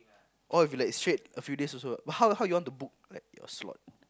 orh if you like straight a few days also but how how you want to book like your slot